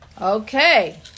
okay